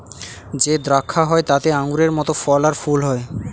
যে দ্রাক্ষা হয় তাতে আঙুরের মত ফল আর ফুল হয়